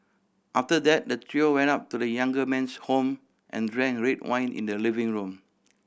after that the trio went up to the younger man's home and drank red wine in the living room